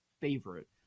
favorite